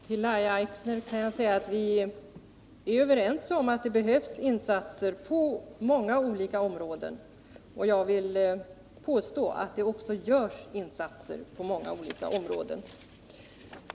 Herr talman! Vi är, Lahja Exner, överens om att det behövs insatser för invandrarna på många olika områden, och det görs också sådana insatser.